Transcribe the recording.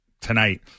tonight